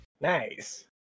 nice